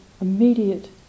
immediate